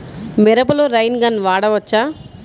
మిరపలో rain gun వాడవచ్చా?